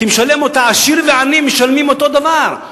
כי העשיר והעני משלמים אותו דבר.